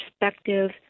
perspective